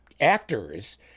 actors